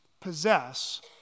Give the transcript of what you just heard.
possess